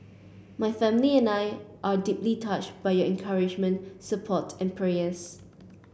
my family and I are deeply touched by your encouragement support and prayers